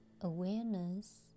awareness